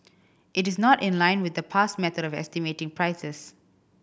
it is not in line with the past method of estimating prices